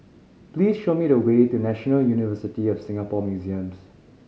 please show me the way to National University of Singapore Museums